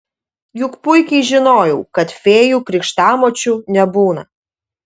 juk puikiai žinojau kad fėjų krikštamočių nebūna